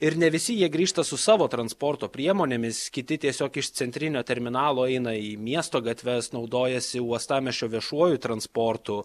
ir ne visi jie grįžta su savo transporto priemonėmis kiti tiesiog iš centrinio terminalo eina į miesto gatves naudojasi uostamiesčio viešuoju transportu